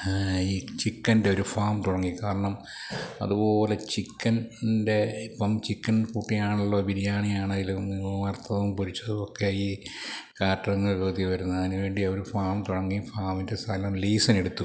ഈ ചിക്കൻ്റെ ഒരു ഫാം തുടങ്ങി കാരണം അതുപോലെ ചിക്കൻൻ്റെ ഇപ്പോള് ചിക്കൻ കൂട്ടിയാണല്ലോ ബിരിയാണി ആണേലും വറുത്തതും പൊരിച്ചതൊക്കെ ഈ കാറ്ററിങ്ങിലൊക്കെ അധികം വരുന്നത് അതിനു വേണ്ടി അവര് ഫാം തുടങ്ങി ഫാമിൻ്റെ സ്ഥലം ലീസിനെടുത്തു